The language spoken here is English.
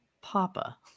Papa